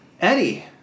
Eddie